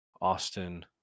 Austin